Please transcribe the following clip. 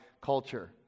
culture